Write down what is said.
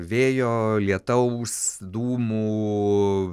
vėjo lietaus dūmų